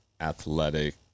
athletic